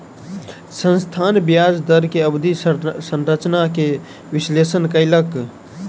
संस्थान ब्याज दर के अवधि संरचना के विश्लेषण कयलक